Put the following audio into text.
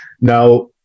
Now